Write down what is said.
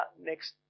next